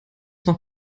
noch